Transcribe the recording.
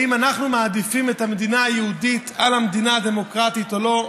האם אנחנו מעדיפים את המדינה היהודית על המדינה הדמוקרטית או לא,